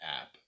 app